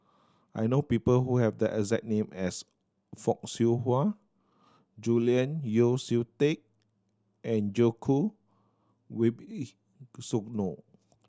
I know people who have the exact name as Fock Siew Wah Julian Yeo See Teck and Djoko